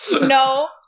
No